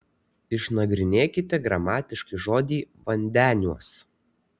išnagrinėkite gramatiškai žodį vandeniuos